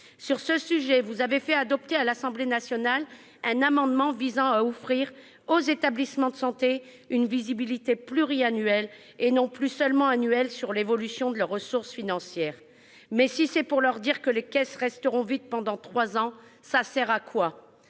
Sur ce sujet, vous avez fait adopter à l'Assemblée nationale un amendement visant à offrir aux établissements de santé une visibilité pluriannuelle, et non plus seulement annuelle, sur l'évolution de leurs ressources financières. Mais si c'est pour leur dire que les caisses resteront vides pendant trois ans, à quoi